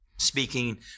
speaking